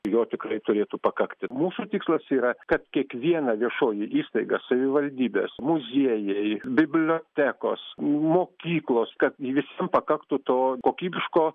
jo tikrai turėtų pakakti mūsų tikslas yra kad kiekviena viešoji įstaiga savivaldybės muziejai bibliotekos mokyklos kad visiems pakaktų to kokybiško